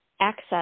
access